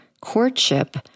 courtship